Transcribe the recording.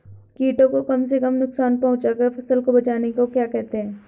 कीटों को कम से कम नुकसान पहुंचा कर फसल को बचाने को क्या कहते हैं?